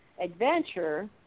adventure